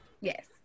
Yes